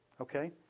okay